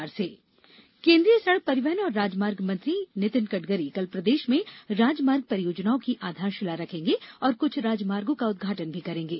राजमार्ग केन्द्रीय सड़क परिवहन और राजमार्ग मंत्री नितिन गडकरी कल प्रदेष में राजमार्ग परियोजाओं की आधारपिला रखेंगे और कुछ राजमार्गों का उद्घाटन भी करेंगे